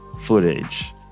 footage